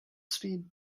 speed